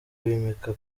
bimika